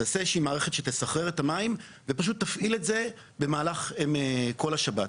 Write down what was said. תעשה איזושהי מערכת שתסחרר את המים ופשוט תפעיל את זה במהלך כל השבת.